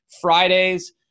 Fridays